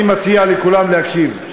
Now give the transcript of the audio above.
אני מציע לכולם להקשיב.